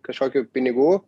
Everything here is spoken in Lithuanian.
kažkokių pinigų